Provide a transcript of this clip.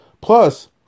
Plus